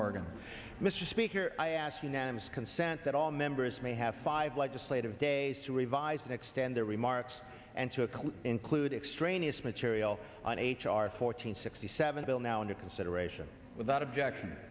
oregon mr speaker i ask unanimous consent that all members may have five legislative days to revise and extend their remarks and to account include extraneous material on h r fourteen sixty seven bill now under consideration without objection